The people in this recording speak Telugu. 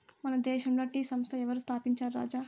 మన దేశంల టీ సంస్థ ఎవరు స్థాపించారు రాజా